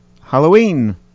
Halloween